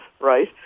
right